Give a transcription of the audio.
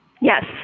yes